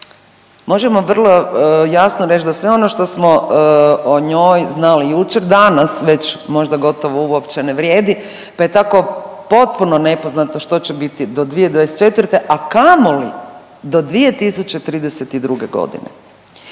možemo vrlo jasno reć da sve ono što smo o njoj znali jučer danas već možda gotovo uopće ne vrijedi pa je tako potpuno nepoznato što će biti do 2024., a kamoli do 2032.g..